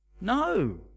No